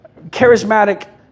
charismatic